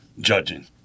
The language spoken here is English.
Judging